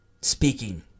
speaking